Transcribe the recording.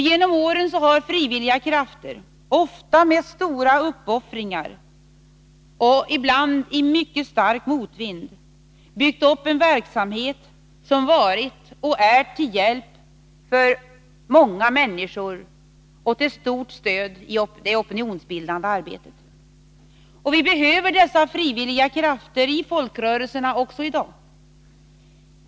Genom åren har frivilliga krafter — ofta med stora uppoffringar och ibland i mycket stark motvind — byggt upp en verksamhet som varit och är till hjälp för många människor och till stort stöd i det opinionsbildande arbetet. Vi behöver dessa frivilliga krafter i folkrörelserna också i dag.